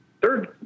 Third